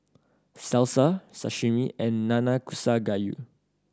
Salsa Sashimi and Nanakusa Gayu